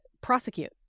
prosecute